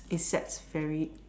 it sets very